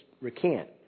recant